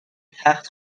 تخت